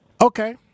Okay